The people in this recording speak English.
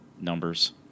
numbers